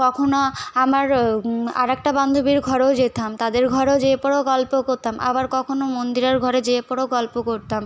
কখনো আমার আরেকটা বান্ধবীর ঘরেও যেতাম তাদের ঘরেও যেয়ে পড়েও গল্প করতাম আবার কখনো মন্দিরার ঘরে যেয়ে পড়েও গল্প করতাম